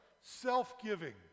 Self-giving